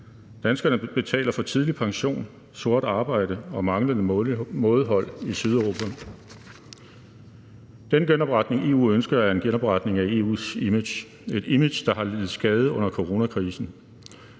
danskerne betaler for tidlig pension, sort arbejde og manglende mådehold i Sydeuropa. Den genopretning, EU ønsker, er en genopretning af EU's image – et image der har lidt skade under coronakrisen,